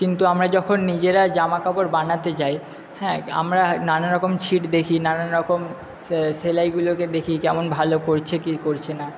কিন্তু আমরা যখন নিজেরা জামা কাপড় বানাতে যাই হ্যাঁ আমরা নানা রকম ছিট দেখি নানান রকম সেলাইগুলোকে দেখি কেমন ভালো করছে কি করছে না